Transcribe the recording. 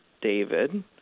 David